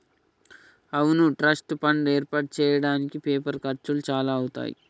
అవును trust fund ఏర్పాటు చేయడానికి పేపర్ ఖర్చులు చాలా అవుతాయి